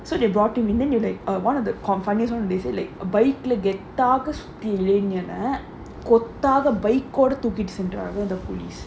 so they brought him then you like uh one of the company's one they say bike lah கெத்தாக சுத்திய இளைஞனே கொத்தாக:kethaaga suthiya ilaignanae kothaaga bike ஓட தூக்கிட்டு சென்றார்கள்:thookittu sendraargal the police